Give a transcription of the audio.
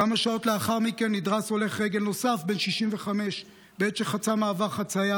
כמה שעות לאחר מכן נדרס הולך רגל נוסף בן 65 בעת שחצה מעבר חציה.